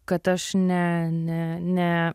kad aš ne ne ne